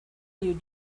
you